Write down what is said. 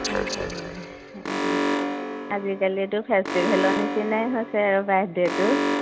অঁ হয় হয় আজিকালিতো ফেষ্টিভেলৰ নিচিনাই হৈছে আৰু বাৰ্থডেটো